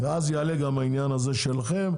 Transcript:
ואז יעלה גם העניין הזה שלכם.